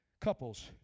couples